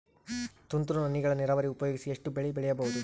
ತುಂತುರು ಹನಿಗಳ ನೀರಾವರಿ ಉಪಯೋಗಿಸಿ ಎಷ್ಟು ಬೆಳಿ ಬೆಳಿಬಹುದು?